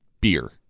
beer